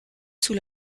sous